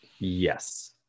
Yes